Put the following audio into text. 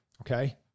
okay